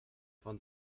von